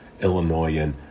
Illinoisan